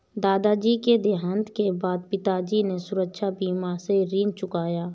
दादाजी के देहांत के बाद पिताजी ने सुरक्षा बीमा से ऋण चुकाया